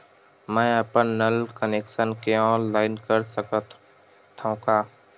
मैं अपन नल कनेक्शन के ऑनलाइन कर सकथव का?